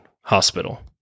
hospital